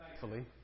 thankfully